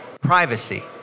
privacy